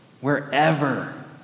wherever